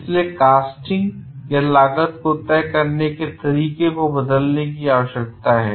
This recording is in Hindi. इसलिए कास्टिंग लागत को तय करने के तरीके को बदलने की आवश्यकता है